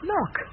Look